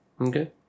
okay